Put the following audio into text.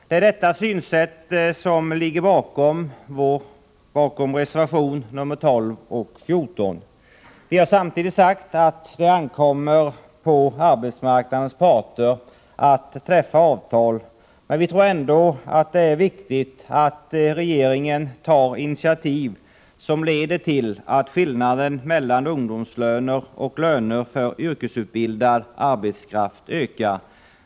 Det är detta synsätt som ligger bakom reservationerna nr 12 och 14. Vi har samtidigt sagt att det ankommer på arbetsmarknadens parter att träffa avtal, men vi tror ändå att det är viktigt att regeringen tar initiativ som leder till att skillnaden mellan ungdomslöner och löner för yrkesutbildad arbetskraft ökar.